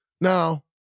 Now